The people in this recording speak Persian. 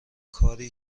کاری